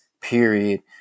period